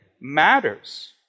matters